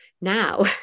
now